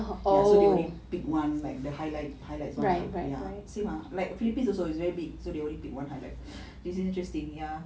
ya so they only pick one like the highlight highlight one ya same ah philippines also very big so they only pick one highlight it's an interesting ya